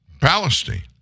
Palestine